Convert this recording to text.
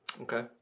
Okay